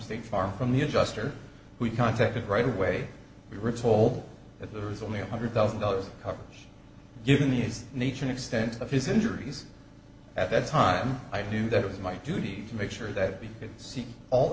state farm from the adjuster we contacted right away we were told that there is only one hundred thousand dollars coverage given his nature and extent of his injuries at that time i knew that it was my duty to make sure that he could see all